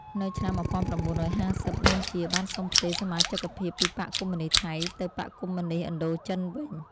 នៅឆ្នាំ១៩៥០ នួន ជា បានសុំផ្ទេរសមាជិកភាពពីបក្សកុម្មុយនិស្តថៃ ទៅបក្សកុម្មុយនិស្តឥណ្ឌូចិនវិញ។